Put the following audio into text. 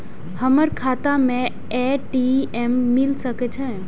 हमर खाता में ए.टी.एम मिल सके छै?